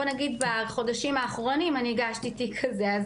בוא נגיד בחודשים האחרונים אני הגשתי תיק כזה.